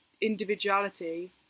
individuality